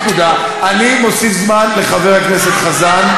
אני מוסיף זמן לחבר הכנסת חזן.